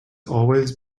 always